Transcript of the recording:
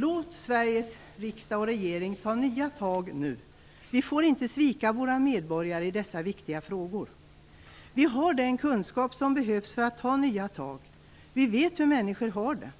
Låt Sveriges riksdag och regering ta nya tag nu. Vi får inte svika våra medborgare i dessa viktiga frågor. Vi har den kunskap som behövs för att ta nya tag. Vi vet hur människor har det.